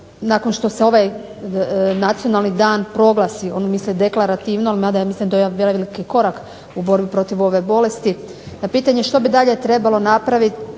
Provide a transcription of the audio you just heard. nakon što se ovaj nacionalni dan proglasi on misli deklarativno, mada ja mislim daje to jedan veliki korak u borbi protiv ove bolesti, na pitanje što bi dalje trebalo napraviti.